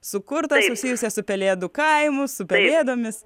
sukurtą susijusią su pelėdų kaimu su pelėdomis